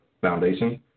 foundation